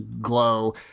glow